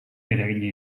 eragina